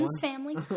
family